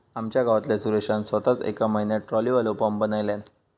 आमच्या गावातल्या सुरेशान सोताच येका म्हयन्यात ट्रॉलीवालो पंप बनयल्यान